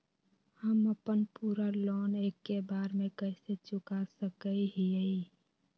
हम अपन पूरा लोन एके बार में कैसे चुका सकई हियई?